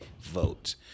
vote